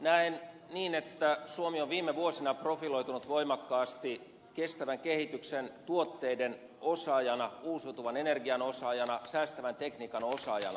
näen niin että suomi on viime vuosina profiloitunut voimakkaasti kestävän kehityksen tuotteiden osaajana uusiutuvan energian osaajana säästävän tekniikan osaajana